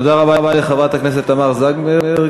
תודה רבה לחברת הכנסת תמר זנדברג.